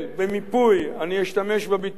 אני אשתמש בביטוי המקצועי,